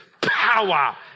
power